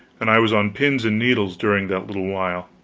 and i was on pins and needles during that little while.